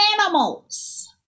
animals